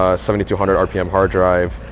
ah seven two hundred rpm hard drive,